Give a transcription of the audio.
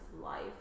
life